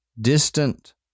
distant